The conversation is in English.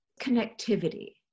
connectivity